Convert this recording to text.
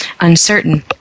uncertain